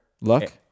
Luck